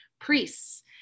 priests